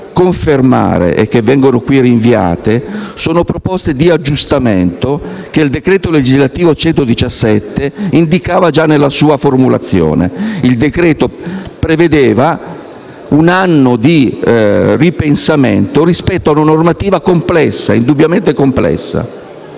confermare e che vengono qui rinviate sono di aggiustamento che il decreto legislativo n. 117 già indicava nella sua formulazione. Il decreto prevedeva un anno di ripensamento rispetto a una normativa indubbiamente complessa